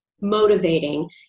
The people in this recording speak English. motivating